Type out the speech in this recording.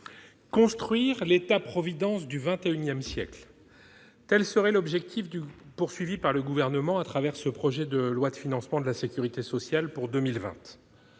construire l'État-providence du XXIsiècle serait l'objectif visé par le Gouvernement à travers ce projet de loi de financement de la sécurité sociale pour 2020.